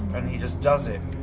and he just does it